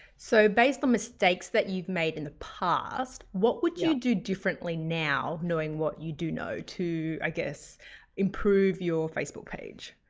so, based on mistakes that you've made in the past. what would you do differently now knowing what you do know to i guess improve your facebook page?